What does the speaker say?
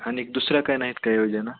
आणि दुसरा काय नाहीत का योजना